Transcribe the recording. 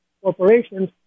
corporations